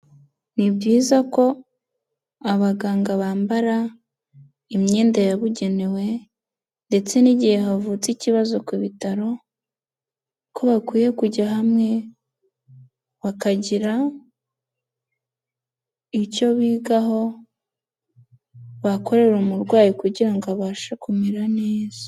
Ni byiza ko abaganga bambara imyenda yabugenewe ndetse n'igihe havutse ikibazo ku bitaro ko bakwiye kujya hamwe, bakagira icyo bigaho bakorera umurwayi kugira ngo abashe kumera neza.